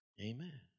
Amen